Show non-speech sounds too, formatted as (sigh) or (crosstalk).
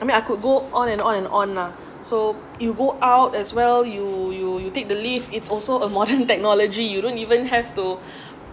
I mean I could go on and on and on lah so you go out as well you you you take the lift it's also a modern (laughs) technology you don't even have to